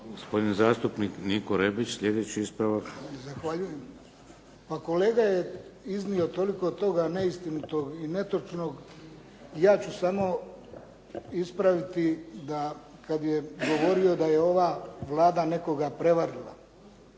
Gospodin zastupnik Niko Rebić, sljedeći ispravak. **Rebić, Niko (HDZ)** Zahvaljujem. Pa kolega je iznio toliko toga neistinitog i netočnog. Ja ću samo ispraviti da kad je govorio da je ova Vlada nekoga prevarila,